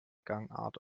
gangart